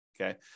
Okay